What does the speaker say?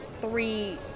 three